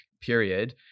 period